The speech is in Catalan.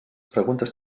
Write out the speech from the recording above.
preguntes